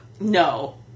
No